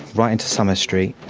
right into summer street,